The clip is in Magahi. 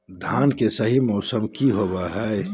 धान के सही मौसम की होवय हैय?